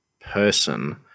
person